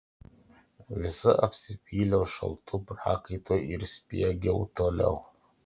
visa apsipyliau šaltu prakaitu ir spiegiau toliau